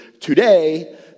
today